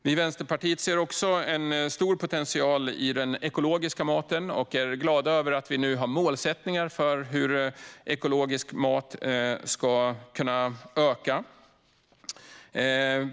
Vi i Vänsterpartiet ser också en stor potential i den ekologiska maten och är glada över att vi nu har målsättningar för hur ekologisk mat ska kunna öka.